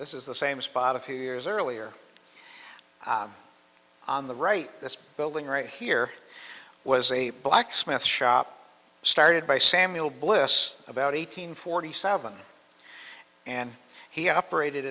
this is the same spot a few years earlier on the right this building right here was a blacksmith shop started by samuel bliss about eight hundred forty seven and he operated